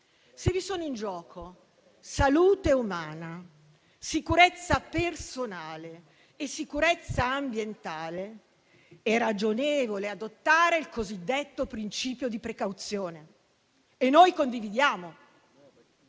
se vi sono in gioco salute umana, sicurezza personale e sicurezza ambientale, è ragionevole adottare il cosiddetto principio di precauzione - e noi condividiamo